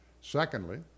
Secondly